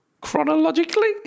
chronologically